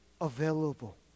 available